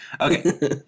Okay